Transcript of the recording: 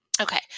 Okay